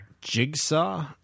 jigsaw